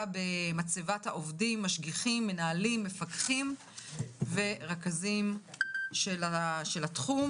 מצבת העובדים / משגיחים / מנהלים / מפקחים ורכזים של התחום.